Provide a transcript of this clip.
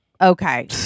Okay